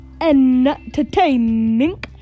entertaining